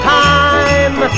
time